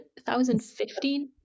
2015